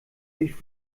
ich